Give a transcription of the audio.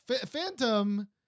Phantom